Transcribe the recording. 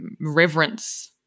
reverence